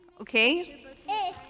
okay